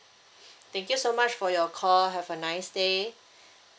thank you so much for your call have a nice day